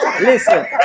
Listen